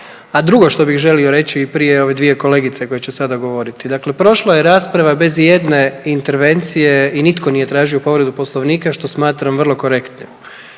A drugo što bih želio reći prije ove svije kolegice koje će sada govoriti, dakle prošla je rasprava bez ijedne intervencije i nitko nije tražio povredu poslovnika što smatram vrlo korektnim.